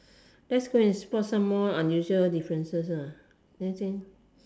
let's go and spot some more unusual differences ah